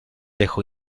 dejó